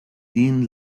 dean